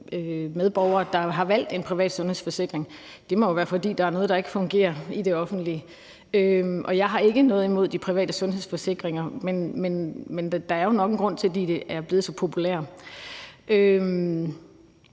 medborgere, der har valgt en privat sundhedsforsikring. Det må være, fordi der er noget, der ikke fungerer i det offentlige. Jeg har ikke noget imod de private sundhedsforsikringer, men der er jo nok en grund til, at de er blevet så populære.